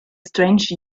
strange